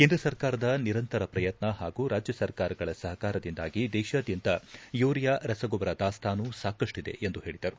ಕೇಂದ್ರ ಸರ್ಕಾರದ ನಿರಂತರ ಪ್ರಯತ್ನ ಹಾಗೂ ರಾಜ್ಯ ಸರ್ಕಾರಗಳ ಸಹಕಾರದಿಂದಾಗಿ ದೇಶಾದ್ಯಂತ ಯೂರಿಯಾ ರಸಗೊಬ್ಬರ ದಾಸ್ತಾನು ಸಾಕಷ್ಟಿದೆ ಎಂದು ಹೇಳಿದರು